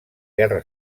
guerra